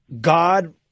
God